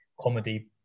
comedy